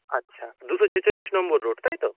আচ্ছা দুশো ছেচল্লিশ নম্বর রোড তাই তো